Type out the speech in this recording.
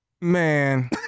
Man